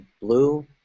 blue